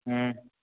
हूँ